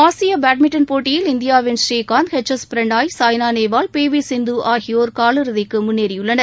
ஆசிய பேட்மிண்டன் போட்டியில் இந்தியாவின் புநீகாந்த் H S Prannoy Saina Nehwal P V Sindhu ஆகியோர் கால் இறுதிக்கு முன்னேறியுள்ளனர்